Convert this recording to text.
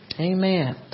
Amen